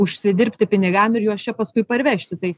užsidirbti pinigam ir juos čia paskui parvežti tai